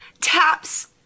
Taps